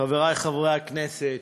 חברי חברי הכנסת,